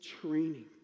training